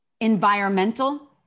environmental